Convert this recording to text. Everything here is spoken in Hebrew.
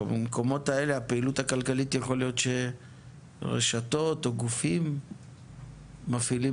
במקומות האלה יכול להיות שרשתות או גופים מפעילים